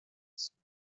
ziehen